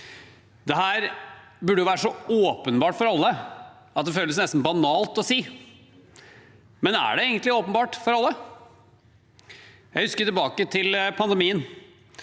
Det burde være så åpenbart for alle at det føles nesten banalt å si det. Men er det egentlig åpenbart for alle? Jeg husker tilbake til pandemien.